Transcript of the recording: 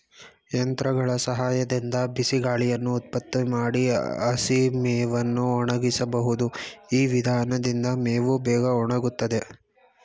ಯಂತ್ರಗಳ ಸಹಾಯದಿಂದ ಬಿಸಿಗಾಳಿಯನ್ನು ಉತ್ಪತ್ತಿ ಮಾಡಿ ಹಸಿಮೇವನ್ನು ಒಣಗಿಸಬಹುದು ಈ ವಿಧಾನದಿಂದ ಮೇವು ಬೇಗ ಒಣಗುತ್ತದೆ